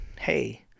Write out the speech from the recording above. hey